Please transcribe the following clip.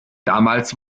damals